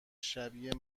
شبیه